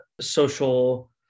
social